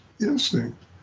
instinct